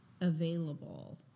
available